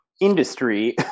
industry